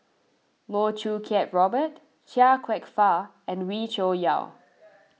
Loh Choo Kiat Robert Chia Kwek Fah and Wee Cho Yaw